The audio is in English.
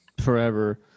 forever